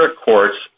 court's